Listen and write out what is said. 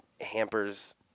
hampers